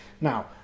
Now